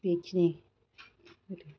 बेखिनि